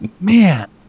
Man